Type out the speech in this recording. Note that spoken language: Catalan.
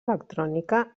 electrònica